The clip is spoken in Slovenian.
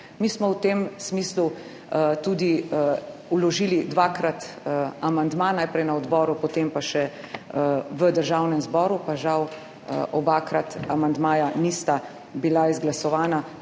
Mi smo v tem smislu tudi dvakrat vložili amandma, najprej na odboru, potem pa še v Državnem zboru, pa žal obakrat amandmaja nista bila izglasovana,